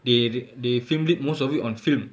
they they filmed it most of it on film